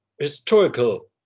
historical